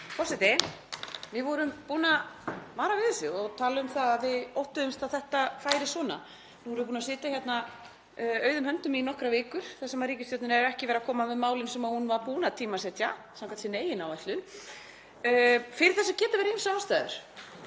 Forseti. Við vorum búin að vara við þessu og tala um að við óttuðumst að þetta færi svona. Nú erum við búin að sitja auðum höndum í nokkrar vikur þar sem ríkisstjórnin hefur ekki verið að koma með málin sem hún var búin að tímasetja samkvæmt sinni eigin áætlun. Fyrir þessu geta verið ýmsar ástæður